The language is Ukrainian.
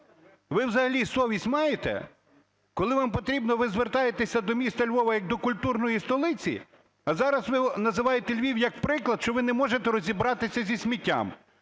Ви взагалі совість маєте? Коли вам потрібно, ви звертаєтеся до міста Львова як до культурної столиці, а зараз ви називаєте Львів як приклад, що ви не можете розібратися зі сміттям.